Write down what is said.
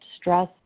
stress